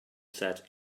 said